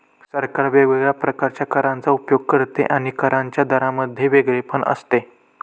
सरकार वेगवेगळ्या प्रकारच्या करांचा उपयोग करते आणि करांच्या दरांमध्ये वेगळेपणा आणते